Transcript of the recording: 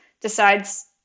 decides